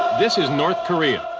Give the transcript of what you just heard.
this is north korea,